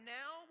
now